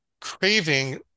craving